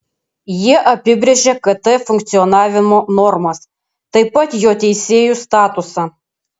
jie apibrėžia kt funkcionavimo normas taip pat jo teisėjų statusą